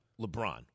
LeBron